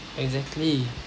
exactly